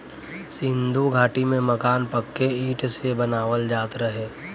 सिन्धु घाटी में मकान पक्के इटा से बनावल जात रहे